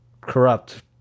corrupt